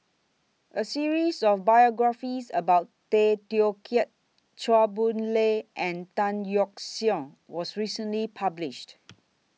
A series of biographies about Tay Teow Kiat Chua Boon Lay and Tan Yeok Seong was recently published